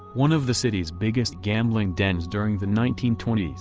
one of the city's biggest gambling dens during the nineteen twenty s.